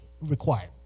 required